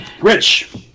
Rich